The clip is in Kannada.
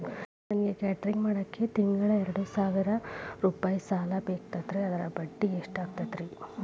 ನನಗ ಕೇಟರಿಂಗ್ ಮಾಡಾಕ್ ತಿಂಗಳಾ ಎರಡು ಸಾವಿರ ರೂಪಾಯಿ ಸಾಲ ಬೇಕಾಗೈತರಿ ಅದರ ಬಡ್ಡಿ ಎಷ್ಟ ಆಗತೈತ್ರಿ?